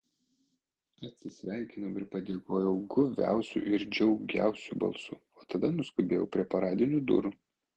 atsisveikinau ir padėkojau guviausiu ir džiugiausiu balsu o tada nuskubėjau prie paradinių durų